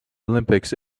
olympics